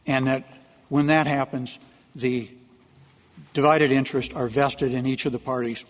and when that happens the divided interest are vested in each of the parties